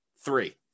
three